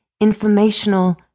informational